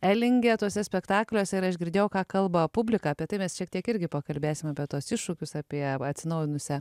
elinge tuose spektakliuose ir aš girdėjau ką kalba publika apie tai mes šiek tiek irgi pakalbėsim apie tuos iššūkius apie atsinaujinusią